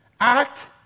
act